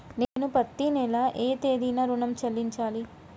నేను పత్తి నెల ఏ తేదీనా ఋణం చెల్లించాలి?